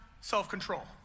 self-control